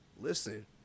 listen